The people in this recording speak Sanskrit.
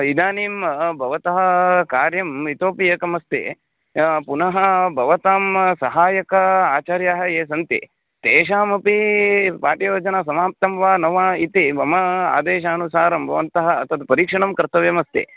इदानीं भवतः कार्यम् इतोपि एकम् अस्ति पुनः भवतां सहायक आचार्याः ये सन्ति तेषामपि पाठ्ययोजना समाप्तं वा न वा इति मम आदेशानुसारं भवन्तः तद् परीक्षणं कर्तव्यमस्ति